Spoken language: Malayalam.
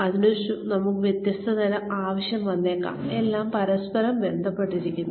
അതിനു നമുക്ക് വ്യത്യസ്ത തരം ആവശ്യം വന്നേക്കാം എല്ലാം പരസ്പരം ബന്ധപ്പെട്ടിരിക്കുന്നു